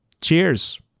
Cheers